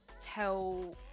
tell